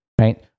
right